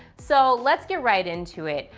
so let's get right into it.